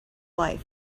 life